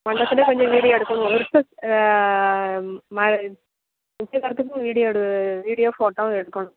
மண்டபத்துலையும் கொஞ்சம் வீடியோ எடுக்கணும் ரிசப் மயா நிச்சியதார்தத்துக்கும் வீடியோ எடு வீடியோவும் ஃபோட்டோவும் எடுக்கணும்